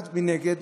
מנגד,